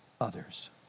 others